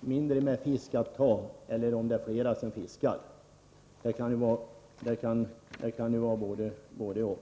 mindre med fisk att ta eller om det är fler som fiskar. Det kan ju vara både-och.